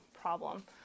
problem